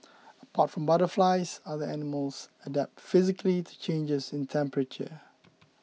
apart from butterflies other animals adapt physically to changes in temperature